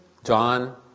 John